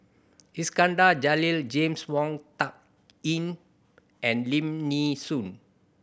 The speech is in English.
Iskandar Jalil James Wong Tuck Yim and Lim Nee Soon